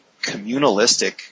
communalistic